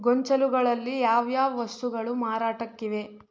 ಗೊಂಚಲುಗಳಲ್ಲಿ ಯಾವ್ಯಾವ ವಸ್ತುಗಳು ಮಾರಾಟಕ್ಕಿವೆ